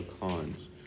cons